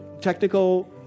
technical